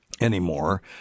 anymore